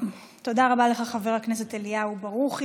תודה רבה לך, חבר הכנסת אליהו ברוכי.